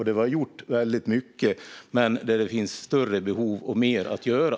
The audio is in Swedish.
Det har gjorts väldigt mycket, men det finns större behov och mer att göra.